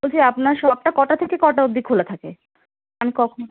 বলছি আপনার শপটা কটা থেকে কটা অব্দি খোলা থাকে আমি কখন